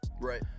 Right